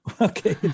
Okay